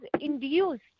induced